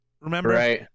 remember